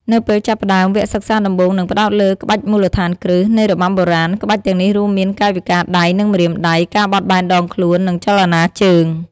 នៅពេលចាប់ផ្ដើម វគ្គសិក្សាដំបូងនឹងផ្តោតលើ ក្បាច់មូលដ្ឋានគ្រឹះ នៃរបាំបុរាណ ក្បាច់ទាំងនេះរួមមាន កាយវិការដៃ និងម្រាមដៃ ការបត់បែនដងខ្លួន និងចលនាជើង។